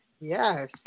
Yes